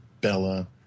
Bella